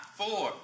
four